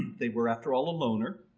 they were after all a loner.